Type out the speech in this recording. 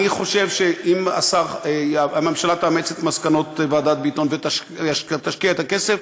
אני חושב שאם הממשלה תאמץ את מסקנות ועדת ביטון ותשקיע את הכסף,